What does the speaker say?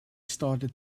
started